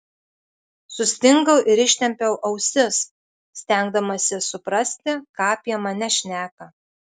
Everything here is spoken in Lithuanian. sustingau ir ištempiau ausis stengdamasis suprasti ką apie mane šneka